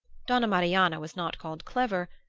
donna marianna was not called clever,